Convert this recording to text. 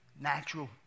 natural